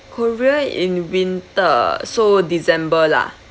korea in winter so december lah